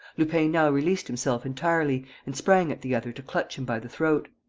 lupin now released himself entirely and sprang at the other to clutch him by the throat.